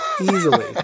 easily